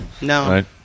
No